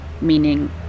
Meaning